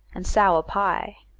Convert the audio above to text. and sour pie.